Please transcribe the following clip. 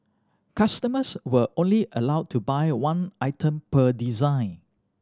customers were only allowed to buy one item per design